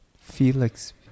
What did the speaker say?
felix